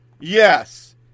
Yes